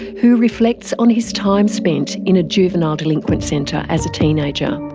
who reflects on his time spent in a juvenile delinquent centre as a teenager.